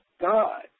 God